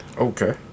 Okay